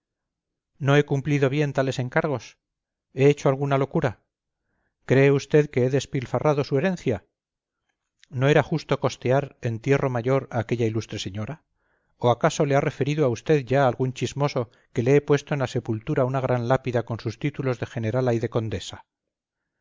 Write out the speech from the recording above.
no he cumplido bien tales encargos he hecho alguna locura cree usted que he despilfarrado su herencia no era justo costear entierro mayor a aquella ilustre señora o acaso le ha referido a usted ya algún chismoso que le he puesto en la sepultura una gran lápida con sus títulos de generala y de condesa